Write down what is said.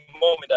moment